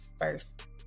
first